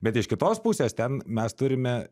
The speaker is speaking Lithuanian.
bet iš kitos pusės ten mes turime